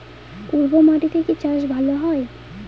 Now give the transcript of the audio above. উর্বর মাটিতে কি চাষ ভালো হয়?